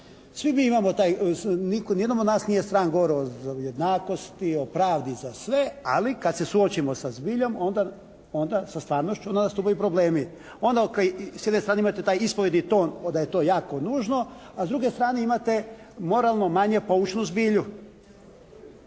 Svi mi imamo taj, nikome od nas nije stran govor o jednakosti, o pravdi za sve, ali kad se suočimo sa zbiljom onda, sa stvarnošću nastupaju problemi. Onda s jedne strane imate taj ispovjedni ton da je to jako nužno, a s druge strane imate moralno manje poučnu zbilju.